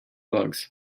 bugs